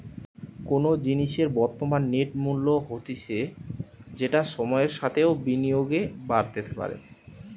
কোনো জিনিসের বর্তমান নেট মূল্য হতিছে যেটা সময়ের সাথেও বিনিয়োগে বাড়তে পারে